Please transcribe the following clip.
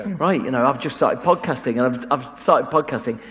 right? you know, i've just started podcasting. i've i've started podcasting,